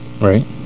Right